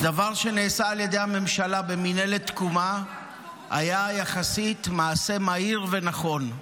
הדבר שנעשה על ידי הממשלה במינהלת תקומה היה יחסית מעשה מהיר ונכון,